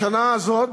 בשנה הזאת,